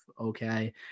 okay